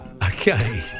Okay